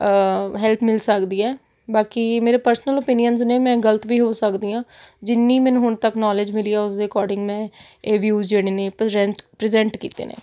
help ਮਿਲ ਸਕਦੀ ਹੈ ਬਾਕੀ ਮੇਰੇ ਪਰਸਨਲ ਓਪੀਨੀਅਨਸ ਨੇ ਮੈਂ ਗਲਤ ਵੀ ਹੋ ਸਕਦੀ ਹਾਂ ਜਿੰਨੀ ਮੈਨੂੰ ਹੁਣ ਤੱਕ ਨੌਲੇਜ ਮਿਲੀ ਆ ਉਸ ਦੇ ਅਕੋਰਡਿੰਗ ਮੈਂ ਇਹ ਵਿਊਜ਼ ਜਿਹੜੇ ਨੇ ਪ੍ਰਜੈਂਟ ਪ੍ਰਜ਼ੈਂਟ ਕੀਤੇ ਨੇ